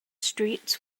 streets